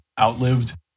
outlived